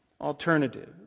Alternative